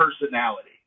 personality